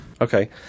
Okay